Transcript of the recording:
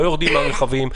לא יורדים מהרכבים,